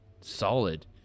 solid